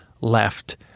left